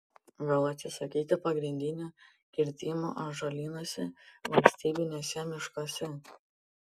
gal atsisakyti pagrindinių kirtimų ąžuolynuose valstybiniuose miškuose